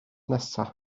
nesaf